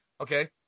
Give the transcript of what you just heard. Okay